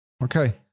Okay